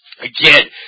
Again